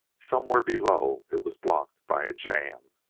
somewhere below it was blocked by a jam.